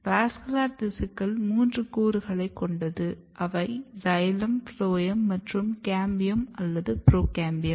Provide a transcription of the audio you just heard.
vascular திசுக்கள் மூன்று கூறுகளை கொண்டது அவை சைலம் ஃபுளோயம் மற்றும் கேம்பியம் அல்லது புரோகேம்பியம்